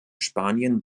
spanien